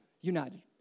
United